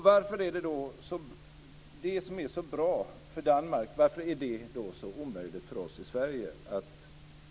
Varför är det som är så bra för Danmark så omöjligt för oss i Sverige att genomföra?